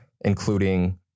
including